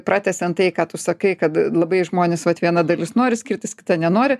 pratęsiant tai ką tu sakai kad labai žmonės vat viena dalis nori skirtis kita nenori